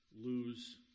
lose